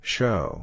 Show